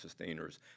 sustainers